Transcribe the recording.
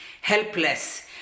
helpless